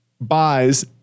buys